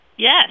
Yes